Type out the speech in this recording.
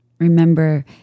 Remember